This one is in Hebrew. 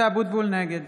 נגד